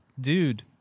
dude